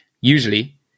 Usually